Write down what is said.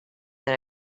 that